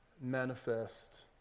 manifest